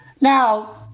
Now